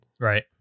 Right